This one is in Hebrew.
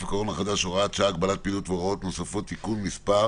הקורונה החדש (הוראת שעה) (הגבלת פעילות והוראות נוספות) (תיקון מס'